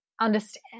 understand